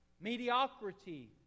Mediocrity